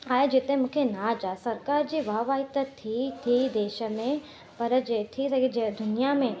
आहे जिते मूंखे नाज़ आहे सरकार जी वाह वाही थी ई थी देश में पर जे थी सघे दुनियां में